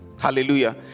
Hallelujah